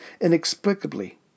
inexplicably